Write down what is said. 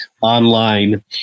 online